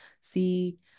see